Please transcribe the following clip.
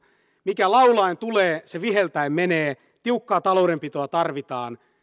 mikä laulaen tulee se viheltäen menee tiukkaa taloudenpitoa tarvitaan